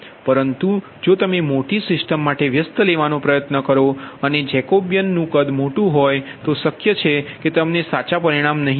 તેથી પરંતુ જો તમે મોટી સિસ્ટમ માટે વ્યસ્ત લેવાનો પ્રયત્ન કરો અને જો જેકોબીયન નુ કદ મોટૂ હોય તો શક્ય છે કે તમને સાચા પરિણામ નહીં મળે